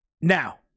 Now